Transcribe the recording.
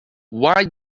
why